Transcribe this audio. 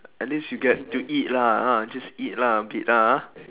at least you get to eat lah ah just eat lah a bit lah ah